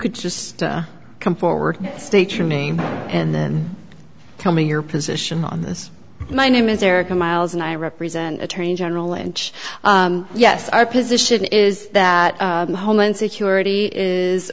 could just come forward state your name and tell me your position on this my name is erika miles and i represent attorney general lynch yes our position is that homeland security is